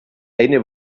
eine